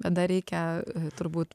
tada reikia turbūt